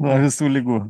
nuo visų ligų